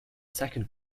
second